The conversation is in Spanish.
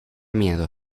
miedo